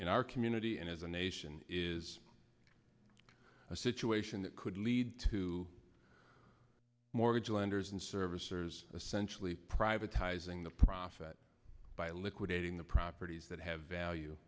in our community as a nation is a situation that could lead to mortgage lenders and servicers essentially privatizing the profit by liquidating the properties that have value